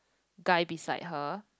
guy beside her